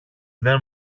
δεν